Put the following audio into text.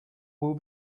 will